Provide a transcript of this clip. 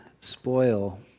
spoil